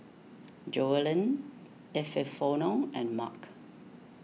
Joellen Epifanio and Marc